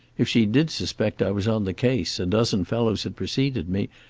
if she did suspect i was on the case, a dozen fellows had preceded me,